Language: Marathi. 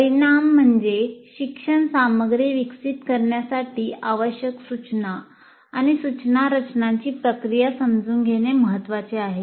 परिणाम म्हणजे शिक्षण सामग्री विकसित करण्यासाठी आवश्यक सूचना आणि सूचना रचनाची प्रक्रिया समजून घेणे महत्वाचे आहे